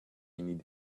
need